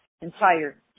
entire